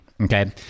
Okay